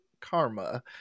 karma